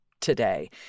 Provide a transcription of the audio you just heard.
today